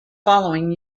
following